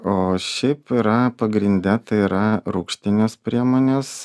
o šiaip yra pagrinde tai yra rūgštinės priemonės